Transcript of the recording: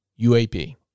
UAP